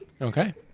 Okay